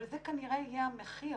אבל זה כנראה יהיה המחיר,